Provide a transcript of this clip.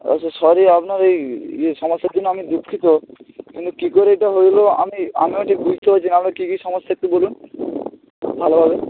আচ্ছা সরি আপনার এই ইয়ে সমস্যার জন্য আমি দুঃখিত কিন্তু কী করে এইটা হইল আমি আমিও ঠিক বুঝতে পারছিনা আপনার কী কী সমস্যা একটু বলুন ভালোভাবে